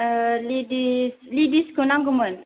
ladies लेदिसखौ नांगौमोन